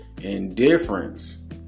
Indifference